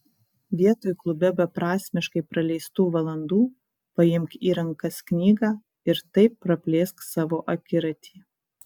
vietoj klube beprasmiškai praleistų valandų paimk į rankas knygą ir taip praplėsk savo akiratį